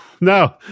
no